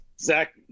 Zach